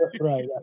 Right